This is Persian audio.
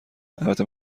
البته